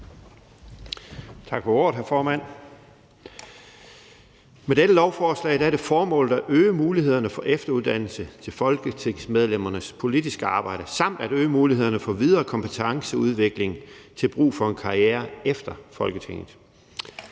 Tak for ordet, hr. formand. Med dette lovforslag er det formålet at øge mulighederne for efteruddannelse til folketingsmedlemmernes politiske arbejde samt at øge mulighederne for videre kompetenceudvikling til brug for en karriere efter Folketinget.